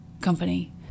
company